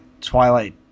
Twilight